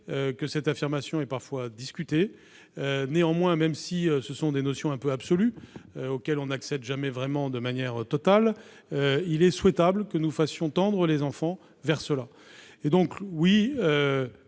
que cette affirmation est parfois discutée. Néanmoins, et même si ce sont des notions un peu absolues, auxquelles on n'accède jamais vraiment de manière totale, il est souhaitable que nous fassions tendre les enfants vers elles. Oui,